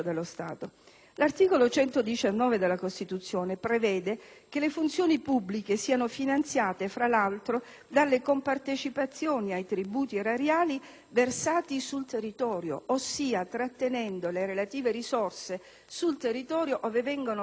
L'articolo 119 della Costituzione prevede che le funzioni pubbliche siano finanziate, fra l'altro, dalle compartecipazioni ai tributi erariali versati sul territorio, ossia trattenendo le relative risorse sul territorio ove vengono versate,